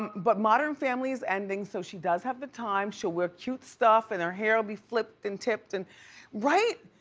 but modern family is ending, so she does have the time. she'll wear cute stuff and her hair will be flipped and tipped, and right?